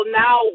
now